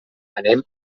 anem